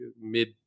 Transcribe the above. mid